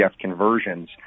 conversions